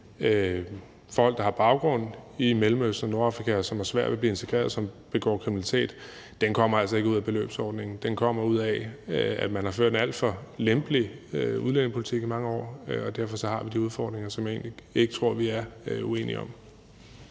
folk, der har baggrund i Mellemøsten og Nordafrika, og som har svært ved at blive integreret, og som begår kriminalitet, altså ikke kommer ud af beløbsordningen, men at den kommer ud af, at man har ført en alt for lempelig udlændingepolitik i mange år. Og derfor har vi de udfordringer, hvilket jeg egentlig ikke tror vi er uenige om.